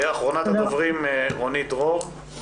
אחרונת הדוברים, רונית דרור.